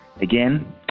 again